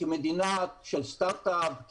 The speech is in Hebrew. כמדינה של סטרטאפ,